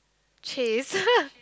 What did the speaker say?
chase